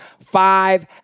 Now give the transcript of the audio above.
Five